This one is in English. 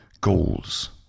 goals